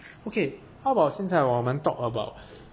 okay how about 现在我们 talk about